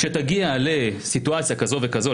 שכאשר תגיע לסיטואציה כזאת וכזאת,